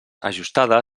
ajustada